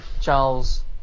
charles